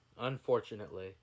Unfortunately